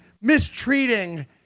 mistreating